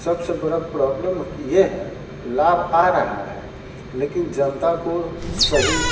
सबसे बड़ा प्रॉब्लम होती ये है लाभ आ रहा है लेकिन जनता को सही